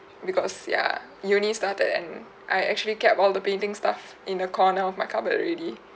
because ya uni started and I actually kept all the painting stuff in a corner of my cupboard already